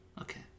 Okay